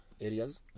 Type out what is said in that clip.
areas